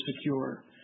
secure